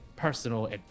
personal